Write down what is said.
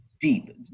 deep